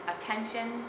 attention